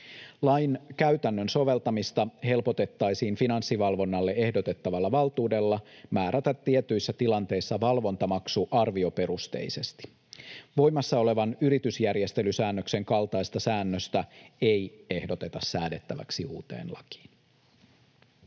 Lain käytännön soveltamista helpotettaisiin Finanssivalvonnalle ehdotettavalla valtuudella määrätä tietyissä tilanteissa valvontamaksu arvioperusteisesti. Voimassa olevan yritysjärjestelysäännöksen kaltaista säännöstä ei ehdoteta säädettäväksi uuteen lakiin.